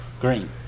Green